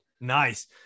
Nice